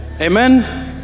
Amen